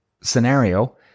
scenario